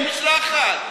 אתה התחננת להשתתף במשלחת.